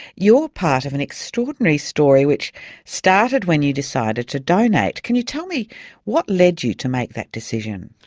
you are part of an extraordinary story which started when you decided to donate. can you tell me what led you to make that decision?